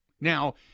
Now